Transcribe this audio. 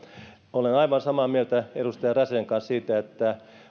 olen aivan samaa mieltä edustaja räsäsen kanssa siitä että